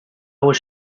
was